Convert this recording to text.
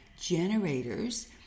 generators